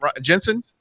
Jensen